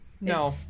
No